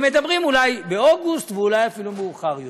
הם אומרים שאולי באוגוסט ואולי אפילו מאוחר יותר.